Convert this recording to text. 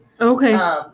Okay